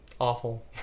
awful